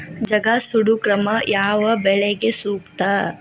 ಜಗಾ ಸುಡು ಕ್ರಮ ಯಾವ ಬೆಳಿಗೆ ಸೂಕ್ತ?